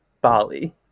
Bali